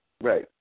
Right